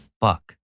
fuck